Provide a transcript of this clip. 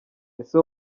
ese